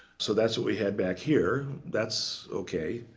so that's what we had back here. that's ok.